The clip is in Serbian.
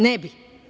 Ne bih.